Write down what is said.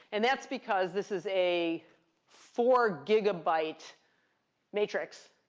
and that's because this is a four gigabyte matrix.